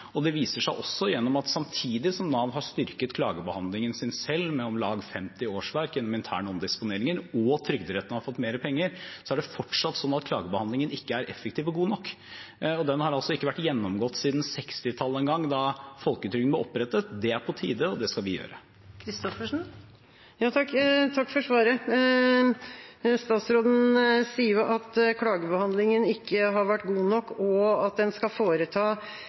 Det viser seg også gjennom at samtidig som Nav selv har styrket klagebehandlingen sin med om lag 50 årsverk gjennom interne omdisponeringer og Trygderetten har fått mer penger, er det fortsatt slik at klagebehandlingen ikke er effektiv og god nok. Den har ikke vært gjennomgått siden 1960-tallet en gang, da folketrygden ble opprettet. Det er på tide, og det skal vi gjøre. Takk for svaret. Statsråden sier at klagebehandlingen ikke har vært god nok, og at en skal foreta